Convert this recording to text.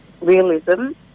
Realism